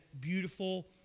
beautiful